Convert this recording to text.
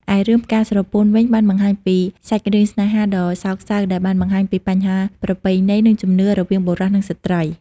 ឯរឿង ផ្កាស្រពោន វិញបានបង្ហាញពីសាច់រឿងស្នេហាដ៏សោកសៅដែលបានបង្ហាញពីបញ្ហាប្រពៃណី និងជំនឿរវាងបុរសនិងស្ត្រី។